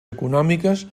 econòmiques